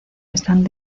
están